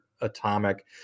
atomic